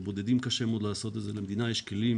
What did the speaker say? לבודדים קשה מאוד לעשות את זה אבל למדינה יש כלים